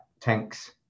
tanks